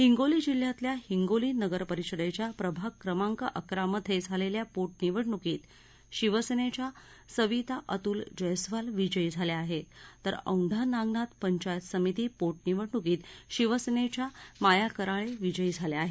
हिंगोली जिल्ह्यातल्या हिंगोली नगर परिषदेच्या प्रभाग क्रमांक अकरा मध्ये झालेल्या पोटनिवडणुकीत शिवसेनेच्या सविता अतुल जयस्वाल विजयी झाल्या आहेत तर औंढा नागनाथ पंचायत समिती पोटनिवडणुकीत शिवसेनेच्या माया कराळे विजयी झाल्या आहेत